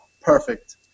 perfect